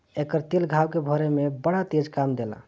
एकर तेल घाव के भरे में बड़ा तेज काम देला